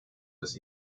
des